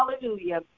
Hallelujah